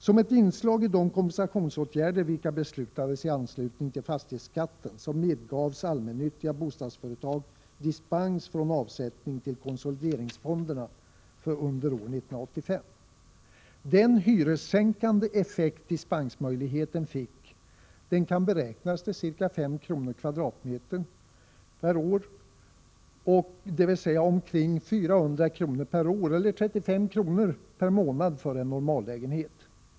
Som ett inslag i de kompensationsåtgärder vilka beslutades i anslutning till fastighetsskatten medgavs de allmännyttiga bostadsföretagen dispens från avsättning till konsolideringsfonder under år 1985. Den hyressänkande effekt dispensmöjligheten fick beräknas till ca 5 kr. per m? per år, dvs. omkring 400 kr. per år eller 35 kr. per månad för en normallägenhet.